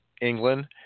england